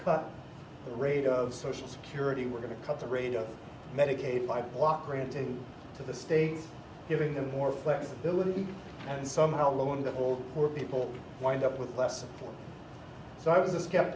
cut the rate of social security we're going to cut the rate of medicaid by block granting to the states giving them more flexibility and somehow lo and behold poor people wind up with less so i was a s